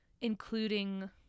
including